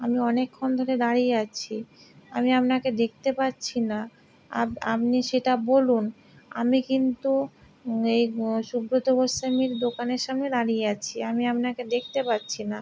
আমি অনেকক্ষণ ধরে দাঁড়িয়ে আছি আমি আপনাকে দেখতে পাচ্ছি না আপনি সেটা বলুন আমি কিন্তু এই সুব্রত গোস্বামীর দোকানের সামনে দাঁড়িয়ে আছি আমি আপনাকে দেখতে পাচ্ছি না